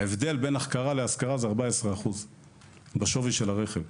ההבדל בין החכרה להשכרה זה 14% בשווי של הרכב.